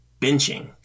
benching